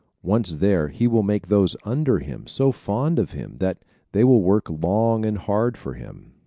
once there he will make those under him so fond of him that they will work long and hard for him.